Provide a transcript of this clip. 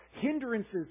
hindrances